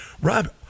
Rob